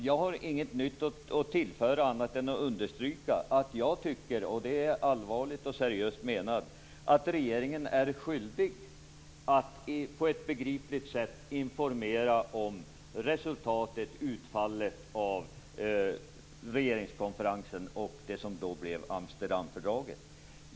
Jag har inget nytt att tillföra annat än att understryka att jag tycker - och det är allvarligt och seriöst menat - att regeringen är skyldig att på ett begripligt sätt informera om resultatet och utfallet av regeringskonferensen och det som senare blev Amsterdamfördraget.